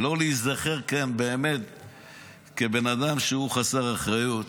לא להיזכר כאן כבן אדם שהוא חסר אחריות,